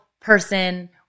person